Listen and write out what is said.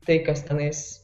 tai kas tenais